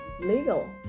legal